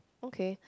okay